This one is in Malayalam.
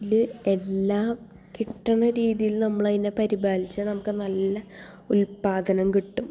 ല് എല്ലാം കിട്ടണ രീതിയിൽ നമ്മളതിനെ പരിപാലിച്ചാൽ നമുക്ക് നല്ല ഉത്പാദനം കിട്ടും